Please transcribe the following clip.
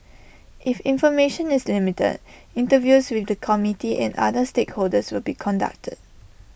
if information is limited interviews with the community and other stakeholders will be conducted